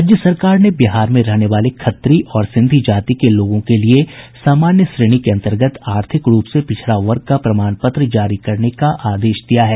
राज्य सरकार ने बिहार में रहने वाले खत्री और सिंधी जाति के लोगों के लिये सामान्य श्रेणी के अंतर्गत आर्थिक रूप से पिछड़ा वर्ग का प्रमाण पत्र जारी करने का आदेश दिया है